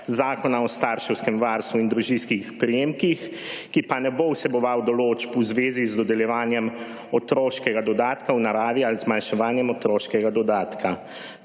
Zakona o starševskem varstvu in družinskih prejemkih, ki pa ne bo vseboval določb v zvezi z dodeljevanjem otroškega dodatka v naravi ali zmanjševanjem otroškega dodatka.